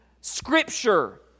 Scripture